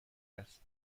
است